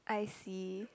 I see